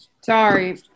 Sorry